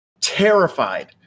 terrified